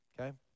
okay